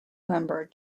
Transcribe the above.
member